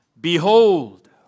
Behold